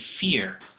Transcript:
fear